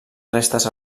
restes